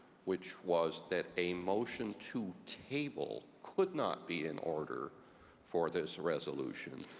which was that a motion to table could not be in order for this resolution,